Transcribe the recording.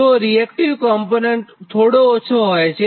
તો reactive component થોડો ઓછો હોય છે